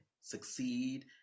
succeed